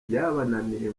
byabananiye